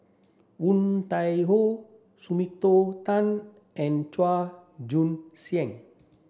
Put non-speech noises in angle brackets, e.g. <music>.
Woon Tai Ho <unintelligible> Tan and Chua Joon Siang